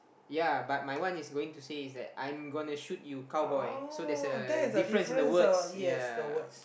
ya but my one is going to say is that I'm going to shoot you cow boy so there's a difference in the words ya